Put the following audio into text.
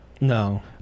No